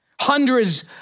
Hundreds